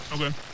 Okay